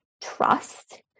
trust